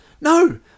No